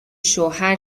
شوهر